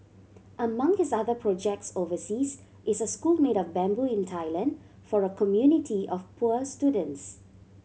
among his other projects overseas is a school made of bamboo in Thailand for a community of poor students